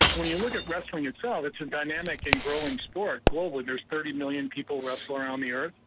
when you look at wrestling itself it's a dynamic and growing sport. globally there's thirty million people wrestling around the earth,